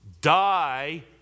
Die